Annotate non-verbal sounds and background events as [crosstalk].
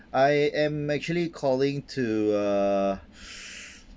I am actually calling to uh [breath]